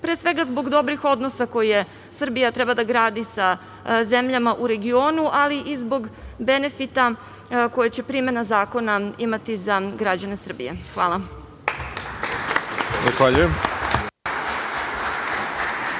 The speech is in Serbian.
pre svega zbog dobrih odnosa koje Srbija treba da gradi sa zemljama u regionu, ali i zbog benefita koje će primena zakona imati za građane Srbije. Hvala.